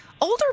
older